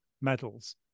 medals